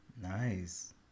Nice